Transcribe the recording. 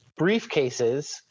briefcases